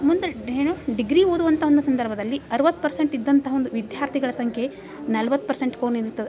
ಮುಂದೆ ಏನು ಡಿಗ್ರಿ ಓದುವಂಥ ಒಂದು ಸಂದರ್ಭದಲ್ಲಿ ಅರವತ್ತು ಪರ್ಸೆಂಟ್ ಇದ್ದಂಥ ಒಂದು ವಿದ್ಯಾರ್ಥಿಗಳ ಸಂಖ್ಯೆ ನಲವತ್ತು ಪರ್ಸೆಂಟ್ ಕೊ ನಿಲ್ತದೆ